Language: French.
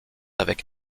avec